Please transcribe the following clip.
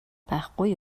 байхгүй